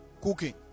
cooking